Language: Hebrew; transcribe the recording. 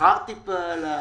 השכר קצת עלה,